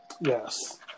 Yes